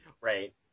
Right